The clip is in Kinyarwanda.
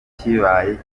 kibaye